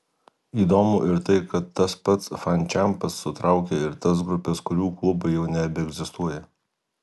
įdomu ir tai kad tas pats fančempas sutraukia ir tas grupes kurių klubai jau nebeegzistuoja